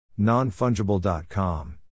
nonfungible.com